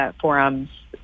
Forum's